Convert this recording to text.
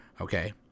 okay